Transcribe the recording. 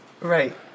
Right